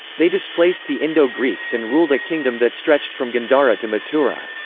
they displaced the indo-greeks and ruled a kingdom that stretched from gandhara to mathura.